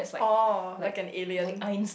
oh like an alien